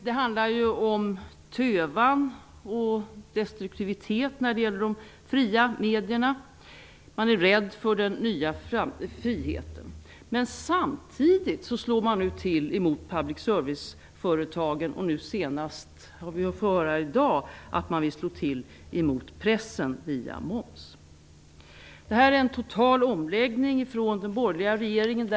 Det handlar om tövan och destruktivitet när det gäller de fria medierna. Man är rädd för den nya friheten. Samtidigt slår man till mot public service-företagen. Senast i dag fick vi höra att man vill slå till emot pressen via moms. Det här är en total omläggning ifrån den borgerliga regeringen.